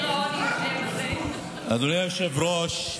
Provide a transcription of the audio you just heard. אדוני היושב-ראש,